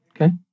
okay